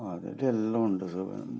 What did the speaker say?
അതിൽ എല്ലാം ഉണ്ട്